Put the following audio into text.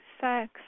sex